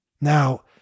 Now